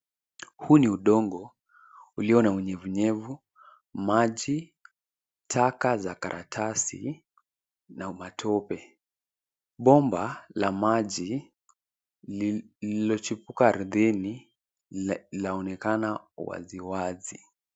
Huu ni udongo ulio na unyevunyevu, maji, taka za karatasi na matope. Bomba la maji lililochipuka ardhini linaonekana waziwazi.